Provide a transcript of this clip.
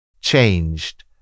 Changed